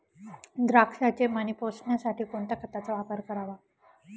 द्राक्षाचे मणी पोसण्यासाठी कोणत्या खताचा वापर करावा?